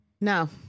No